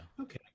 Okay